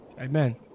amen